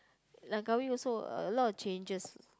Langkawi also a lot of changed